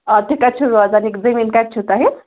آ تُہۍ کَتہِ چھُو روزان یہِ زٔمیٖن کَتہِ چھُو تۄہہِ